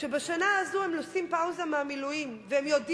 אנחנו מדברים על שנה אקדמית אחת,